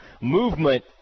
movement